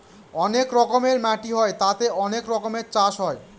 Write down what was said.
অনেক রকমের মাটি হয় তাতে অনেক রকমের চাষ হয়